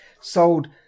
sold